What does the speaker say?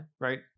right